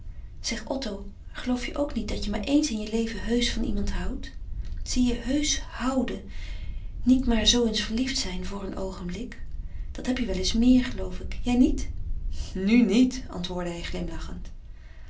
zeg otto geloof je ook niet dat je maar eens in je leven heusch van iemand houdt zie je heusch houden niet maar zoo eens verliefd zijn voor een oogenblik dat heb je wel eens meer geloof ik jij niet nu niet antwoordde hij glimlachend